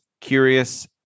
curious